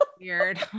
Weird